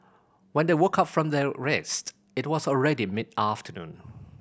when they woke up from their rest it was already mid afternoon